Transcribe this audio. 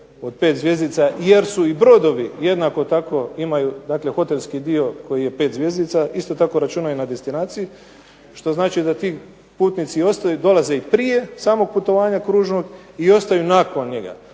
od 5 zvjezdica jer su i brodovi jednako tako imaju dakle hotelski dio koji je 5 zvjezdica, isto tako računaju i na destinaciji, što znači da ti putnici ostaju i dolaze i prije samog putovanja kružnog i ostaju nakon njega.